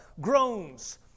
groans